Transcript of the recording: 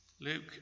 Luke